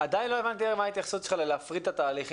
עדיין לא הבנתי מה ההתייחסות שלך לגבי הפרדת התהליכים.